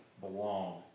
belong